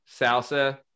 Salsa